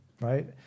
right